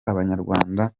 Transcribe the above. abanyarwanda